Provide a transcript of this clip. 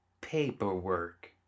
Paperwork